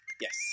Yes